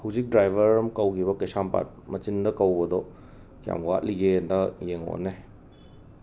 ꯍꯧꯖꯤꯛ ꯗ꯭ꯔꯥꯏꯕꯔ ꯑꯃ ꯀꯧꯈꯤꯕ ꯀꯩꯁꯥꯝꯄꯥꯠ ꯃꯆꯤꯟꯗ ꯀꯧꯕꯗꯣ ꯀꯌꯥꯝ ꯋꯥꯠꯂꯤꯒꯦꯅ ꯌꯦꯡꯉꯣꯅꯦ